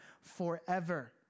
forever